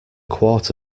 quart